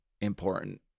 important